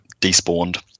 despawned